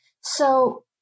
So-